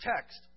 text